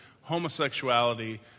homosexuality